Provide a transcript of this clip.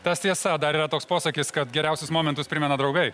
tas tiesa dar yra toks posakis kad geriausius momentus primena draugai